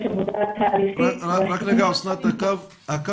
--- רק רגע אסנת, אנחנו